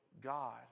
God